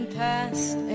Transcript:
past